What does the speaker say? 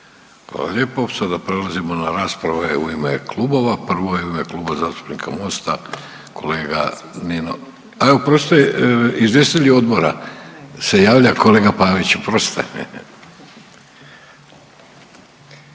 Hvala lijepo. Sada prelazimo na rasprave u ime klubova. Prvo je u ime Kluba zastupnika Mosta, kolega Nino. E, oprostite, izvjestitelji odbora se javlja, kolega Pavić. Oprostite.